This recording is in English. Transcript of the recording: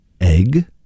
Egg